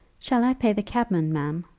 shall i pay the cabman, ma'am?